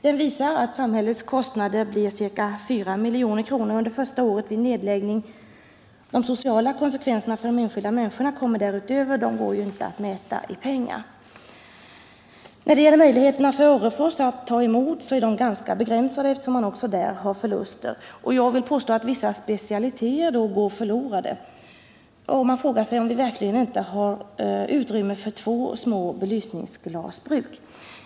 Den visar att samhällets kostnader vid en nedläggning blir ca 4 milj.kr. under första året. De sociala konsekvenserna för de enskilda människorna kommer därutöver — de går ju inte att mäta i pengar. Möjligheterna för Orrefors att ta emot anställda är ganska begränsade, eftersom man även där har förluster. Jag vill påstå att vissa specialiteter då går förlorade. Och jag frågar mig om vi verkligen inte har utrymme för två små belysningsglasbruk.